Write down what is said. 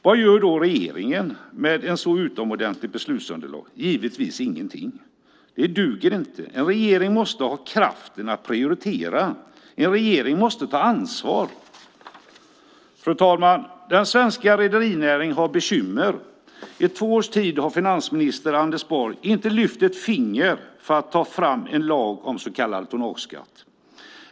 Vad gör då regeringen med ett så utomordentligt beslutsunderlag? Givetvis ingenting. Det duger inte. En regering måste ha kraften att prioritera. En regering måste ta ansvar. Fru talman! Den svenska rederinäringen har bekymmer. I två års tid har finansminister Anders Borg inte lyft ett finger för att ta fram en lag om så kallad tonnageskatt.